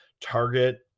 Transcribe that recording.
Target